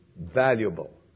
valuable